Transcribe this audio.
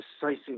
decisive